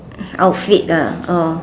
outfit ah orh